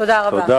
תודה רבה.